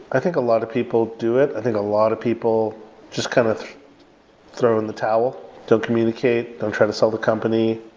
i think a lot of people do it. i think a lot of people just kind of throw in the towel don't communicate, don't try to sell the company.